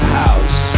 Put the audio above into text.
house